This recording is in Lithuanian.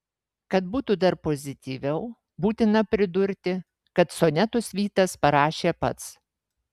kad būtų dar pozityviau būtina pridurti kad sonetus vytas parašė pats